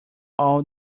all